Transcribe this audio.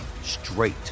straight